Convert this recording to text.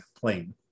plane